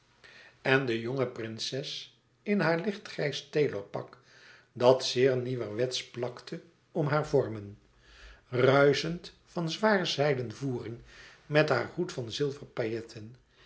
en de jonge prinses in haar lichtgrijs tailorpak dat zeer nieuwerwetsch plakte om hare vormen ruischend van zwaar zijden voering met haar hoed van